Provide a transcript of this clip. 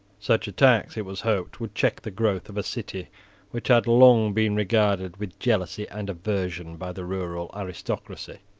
such a tax, it was hoped, would check the growth of a city which had long been regarded with jealousy and aversion by the rural aristocracy.